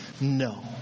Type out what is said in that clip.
No